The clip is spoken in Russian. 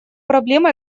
проблем